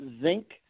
zinc